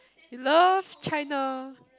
he loves China